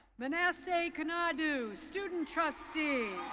manasseh kanadu, student trustee.